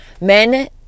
Men